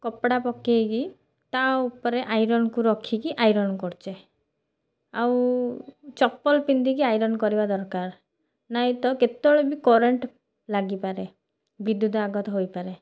କପଡ଼ା ପକେଇକି ତା ଉପରେ ଆଇରନ୍ କୁ ରଖିକି ଆଇରନ୍ କରୁଛେ ଆଉ ଚପଲ ପିନ୍ଧିକି ଆଇରନ୍ କରିବା ଦରକାର ନାଇ ତ କେତେବେଳେ ବି କରେଣ୍ଟ୍ ଲାଗିପାରେ ବିଦ୍ୟୁତ୍ ଆଘାତ ହୋଇପାରେ